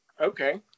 Okay